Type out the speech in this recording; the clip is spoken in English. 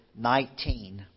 19